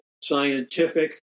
scientific